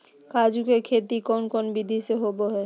काजू के खेती कौन कौन विधि से होबो हय?